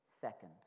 second